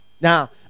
now